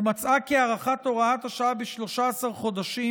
ומצאה כי הארכת הוראת השעה ב-13 חודשים